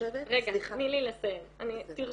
משך